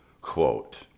Quote